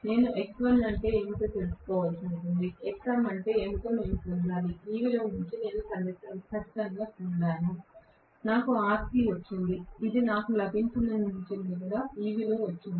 నేను X1 అంటే ఏమిటో తెలుసుకోవలసి ఉంటుంది Xm అంటే ఏమిటో నేను పొందాలి ఈ విలువ నుండి నేను ఖచ్చితంగా పొందాను నాకు Rc వచ్చింది ఇది నాకు లభించిన దాని నుండి కూడా ఈ విలువ నుండి వచ్చింది